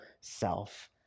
self